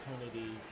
opportunity